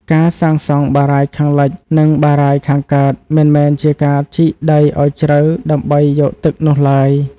ការសាងសង់បារាយណ៍ខាងលិច និងបារាយណ៍ខាងកើត មិនមែនជាការជីកដីឱ្យជ្រៅដើម្បីយកទឹកនោះឡើយ។